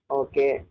okay